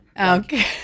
Okay